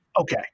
okay